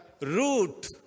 root